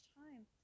time